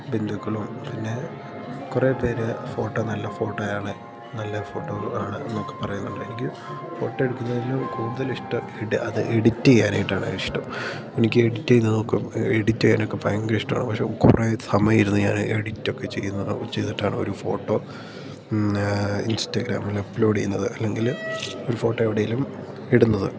ബന്ധുക്കളും പിന്നെ കുറേ പേര് ഫോട്ടോ നല്ല ഫോട്ടോയാണ് നല്ല ഫോട്ടോ ആണ് എന്നൊക്കെ പറയുന്നുണ്ട് എനിക്ക് ഫോട്ടോ എടുക്കുന്നതിലും കൂടുതലിഷ്ടം അത് എഡിറ്റെയ്യാനായിട്ടാണ് ഇഷ്ടം എനിക്ക് എഡിറ്റെയ്യുന്നതൊക്കെ എഡിറ്റെയ്യാനൊക്കെ ഭയങ്കര ഇഷ്ടമാണ് പക്ഷെ കുറേ സമയം ഇരുന്ന് ഞാന് എഡിറ്റൊക്കെ ചെയ്യുന്നത് ചെയ്തിട്ടാണ് ഒരു ഫോട്ടോ ഇൻസ്റ്റാഗ്രാമിൽ അപ്ലോഡ് ചെയ്യുന്നത് അല്ലെങ്കില് ഒരു ഫോട്ടോ എവിടേലും ഇടുന്നത്